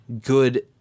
good